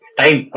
time